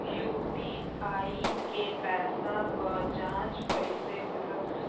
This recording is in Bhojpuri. यू.पी.आई के पैसा क जांच कइसे करब?